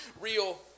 real